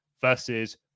versus